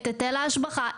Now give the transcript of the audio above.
את היטל ההשבחה,